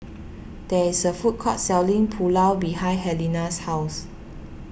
there is a food court selling Pulao behind Helena's house